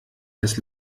das